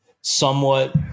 somewhat